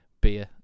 beer